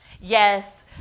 Yes